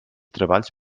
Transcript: treballs